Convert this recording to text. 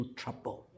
trouble